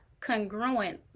Congruent